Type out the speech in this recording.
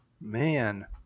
Man